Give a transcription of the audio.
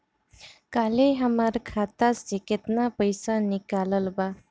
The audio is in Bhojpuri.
काल्हे हमार खाता से केतना पैसा निकलल बा?